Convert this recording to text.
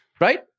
Right